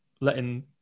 letting